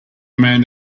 man